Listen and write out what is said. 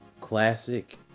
classic